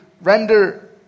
render